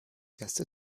erste